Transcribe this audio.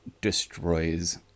destroys